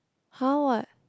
[huh] what